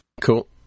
Cool